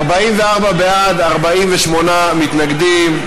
44 בעד, 48 מתנגדים.